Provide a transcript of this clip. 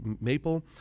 maple